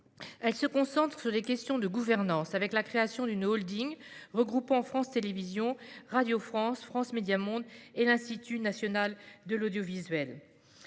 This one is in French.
qui se concentre sur les questions de gouvernance : la création d'une holding regroupant France Télévisions, Radio France, France Médias Monde et l'INA, l'Institut national de l'audiovisuel.